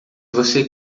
você